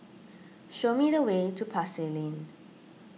show me the way to Pasar Lane